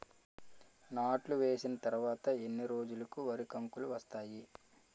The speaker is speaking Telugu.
నాట్లు వేసిన తర్వాత ఎన్ని రోజులకు వరి కంకులు వస్తాయి?